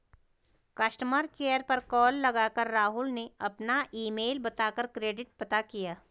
customer care पर call कर राहुल ने अपना ईमेल बता कर क्रेडिट पता किया